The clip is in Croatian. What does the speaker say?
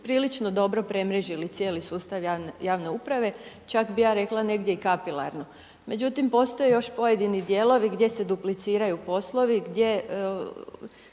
prilično dobro premrežili cijeli sustav javne uprave, čak bi ja rekla negdje i kapilarno. Međutim, postoje još pojedini dijelovi gdje se dupliciraju poslovi, gdje